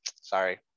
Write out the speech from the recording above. Sorry